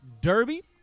Derby